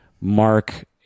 mark